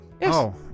Yes